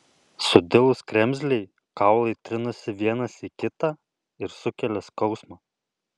sudilus kremzlei kaulai trinasi vienas į kitą ir sukelia skausmą